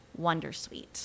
Wondersuite